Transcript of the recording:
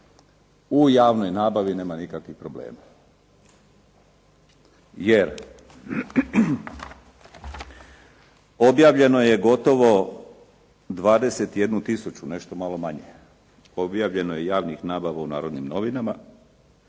u javnoj nabavi nema nikakvih problema. Jer, objavljeno je gotovo 21 tisuću, nešto malo manje, objavljeno je javnih nabava u "Narodnim novinama".